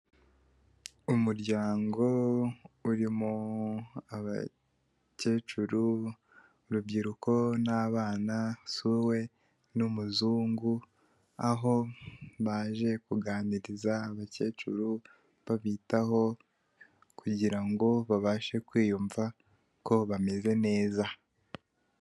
Umuryango urimo abakecuru, urubyiruko, n'abana, sowe, n'umuzungu, aho baje kuganiriza abakecuru, babitaho, kugira ngo babashe kwiyumva ko bameze neza.